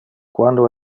quando